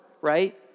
right